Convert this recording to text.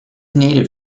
native